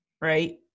right